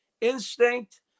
Instinct